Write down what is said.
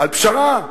על פשרה.